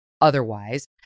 otherwise